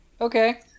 Okay